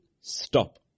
stop